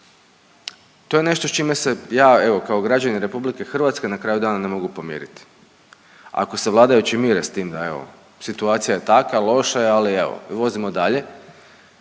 To je nešto s čime se ja evo kao građanin RH na kraju dana ne mogu pomiriti. Ako se vladajuće mire s tim da evo, situacija je takva, loša je ali evo vozimo dalje,